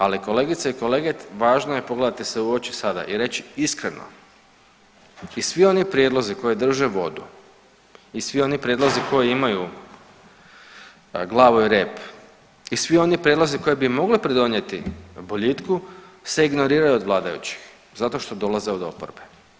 Ali, kolegice i kolege važno je pogledati se u oči sada i reći iskreno, i svi oni prijedlozi koji drže vodu i svi oni prijedlozi koji imaju glavu i rep i svi oni prijedlozi koji bi mogli pridonijeti boljitku se ignoriraju od vladajućih zato što dolaze od oporbe.